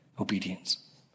obedience